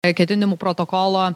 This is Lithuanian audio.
ketinimų protokolo